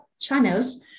channels